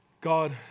God